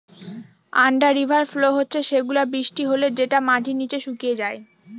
under river flow হচ্ছে সেগুলা বৃষ্টি হলে যেটা মাটির নিচে শুকিয়ে যায়